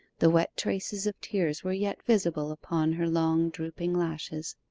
the wet traces of tears were yet visible upon her long drooping lashes.